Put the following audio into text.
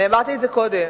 אמרתי את זה קודם.